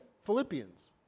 Philippians